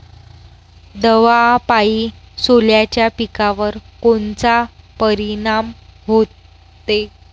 दवापायी सोल्याच्या पिकावर कोनचा परिनाम व्हते?